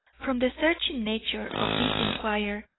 from the searching nature of this inquiry,